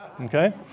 okay